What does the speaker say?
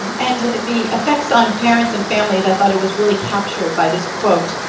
and the effects on parents and families, i thought it was really captured by this quote.